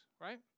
right